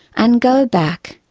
and go back,